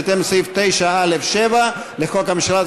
בהתאם לסעיף 9(א)(7) לחוק הממשלה,